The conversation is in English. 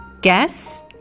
Guess